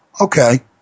Okay